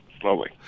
slowly